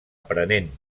aprenent